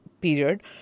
period